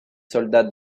soldats